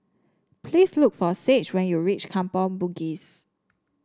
please look for Sage when you reach Kampong Bugis